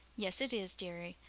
yes, it is, dearie.